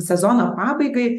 sezono pabaigai